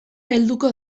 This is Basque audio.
helduko